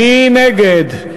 מי נגד?